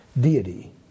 deity